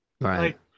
Right